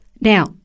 Now